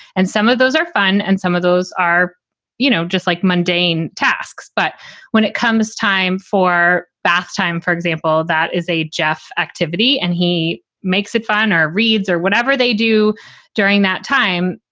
and some of those are fun and some of those are you know just like mundane tasks. but when it comes time for bath time, for example, that is a jeph activity and he makes it fun or reads or whenever they do during that time,